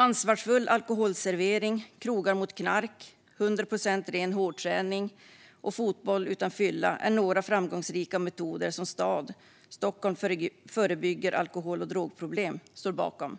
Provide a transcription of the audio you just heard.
Ansvarsfull Alkoholservering, Krogar mot Knark, 100 % Ren Hårdträning och Fotboll utan Fylla är några framgångsrika metoder som STAD, Stockholm förebygger alkohol och drogproblem, står bakom.